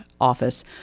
Office